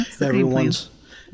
Everyone's